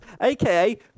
aka